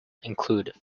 include